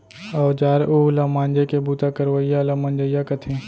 औजार उव ल मांजे के बूता करवइया ल मंजइया कथें